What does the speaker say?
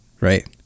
Right